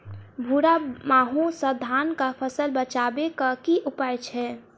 भूरा माहू सँ धान कऽ फसल बचाबै कऽ की उपाय छै?